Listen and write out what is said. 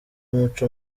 umuco